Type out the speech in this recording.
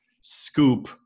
scoop